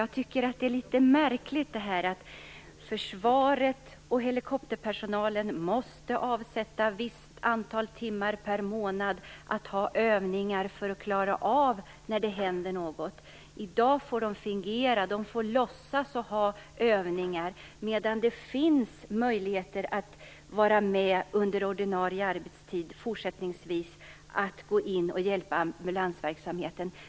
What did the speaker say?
Jag tycker att det är litet märkligt att försvaret och helikopterpersonalen måste avsätta ett visst antal timmar per månad till övningar för att klara av när det händer något. I dag får man fingera och låtsas, medan det finns möjligheter att vara med under ordinarie arbetstid och hjälpa till vid ambulansverksamheten.